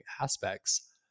aspects